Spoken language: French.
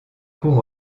cours